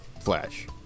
Flash